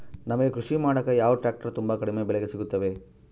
ನಮಗೆ ಕೃಷಿ ಮಾಡಾಕ ಯಾವ ಟ್ರ್ಯಾಕ್ಟರ್ ತುಂಬಾ ಕಡಿಮೆ ಬೆಲೆಗೆ ಸಿಗುತ್ತವೆ?